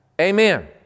Amen